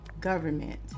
government